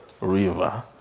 river